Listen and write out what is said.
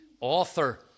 author